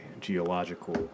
geological